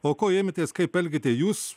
o ko ėmėtės kaip elgiatės jūs